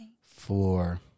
Four